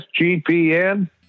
SGPN